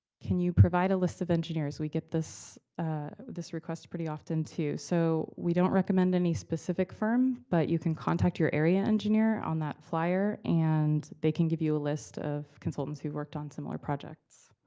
can you provide a list of engineers? we get this this request pretty often, too. so we don't recommend any specific firm, but you can contact your area engineer on that flyer, and they can give you the list of consultants who worked on similar projects.